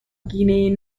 گینه